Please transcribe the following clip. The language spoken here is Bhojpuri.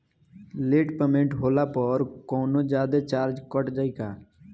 लेट पेमेंट होला पर कौनोजादे चार्ज कट जायी का?